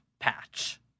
patch